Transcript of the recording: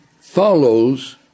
follows